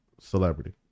celebrity